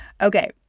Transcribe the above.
Okay